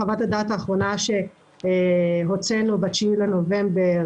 חוות הדעת האחרונה שהוצאנו ב-9 בנובמבר,